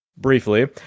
Briefly